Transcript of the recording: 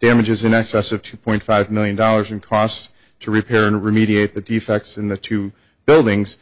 damages in excess of two point five million dollars in costs to repair and remediate the defects in the two buildings